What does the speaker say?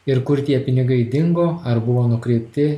ir kur tie pinigai dingo ar buvo nukreipti